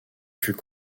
fut